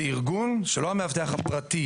זה ארגון שלא המאבטח הפרטי